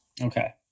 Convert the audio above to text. Okay